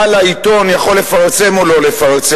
בעל העיתון יכול לפרסם או לא לפרסם,